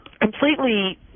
completely